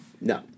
No